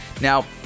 now